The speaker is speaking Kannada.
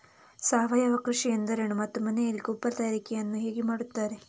ಸಾವಯವ ಕೃಷಿ ಎಂದರೇನು ಮತ್ತು ಮನೆಯಲ್ಲಿ ಗೊಬ್ಬರ ತಯಾರಿಕೆ ಯನ್ನು ಹೇಗೆ ಮಾಡುತ್ತಾರೆ?